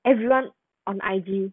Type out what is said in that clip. everyone on I_G